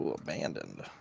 Abandoned